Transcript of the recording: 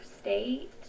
state